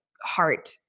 heart